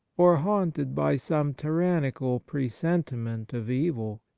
or haunted by some tyrannical presentiment of evil,